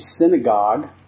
synagogue